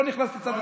לא נכנס לצד,